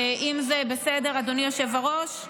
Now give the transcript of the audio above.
האם זה בסדר, אדוני היושב-ראש?